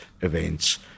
events